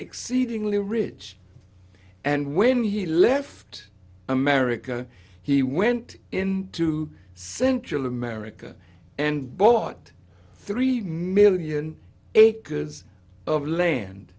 exceedingly rich and when he left america he went into central america and bought three million acres of land